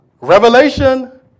Revelation